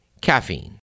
caffeine